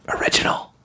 original